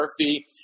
Murphy